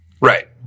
Right